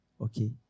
Okay